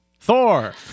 Thor